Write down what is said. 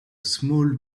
small